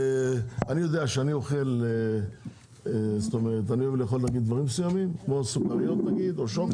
אני יודע שאני אוהב לאכול סוכריות ושוקולד,